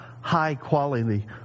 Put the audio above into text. high-quality